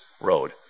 Road